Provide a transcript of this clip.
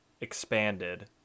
expanded